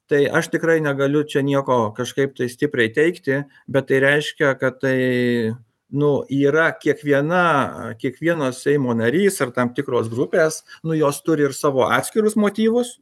tai aš tikrai negaliu čia nieko kažkaip tai stipriai teigti bet tai reiškia kad tai nu yra kiekviena kiekvieno seimo narys ar tam tikros grupės nu jos turi ir savo atskirus motyvus